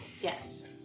Yes